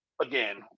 again